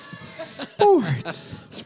Sports